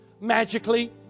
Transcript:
magically